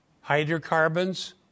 hydrocarbons